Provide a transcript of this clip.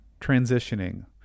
transitioning